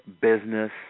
business